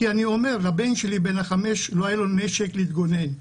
לבן שלי בן ה-5 לא היה נשק להתגונן,